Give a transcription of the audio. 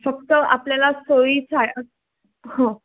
फक्त आपल्याला सोयी सा हां